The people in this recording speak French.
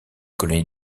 colonie